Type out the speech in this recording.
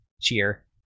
cheer